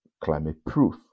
climate-proof